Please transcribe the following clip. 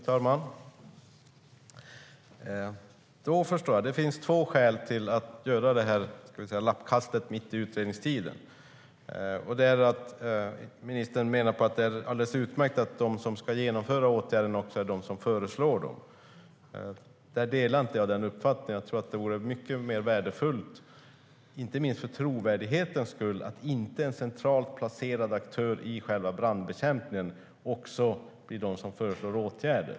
Fru talman! Då förstår jag. Det finns två skäl till att göra detta lappkast mitt i utredningstiden. Det första är att det enligt ministern är alldeles utmärkt att de som ska vidta åtgärderna också är de som föreslår dem. Jag delar inte den uppfattningen. Jag tror att det vore mycket mer värdefullt, inte minst för trovärdighetens skull, om en centralt placerad aktör i själva brandbekämpningen inte blev den som också föreslog åtgärder.